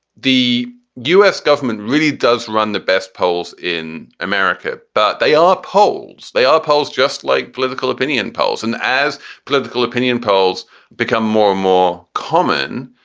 the us government really does run the best polls in america, but they are polls. they are polls just like political opinion polls. and as political opinion polls become more and more common,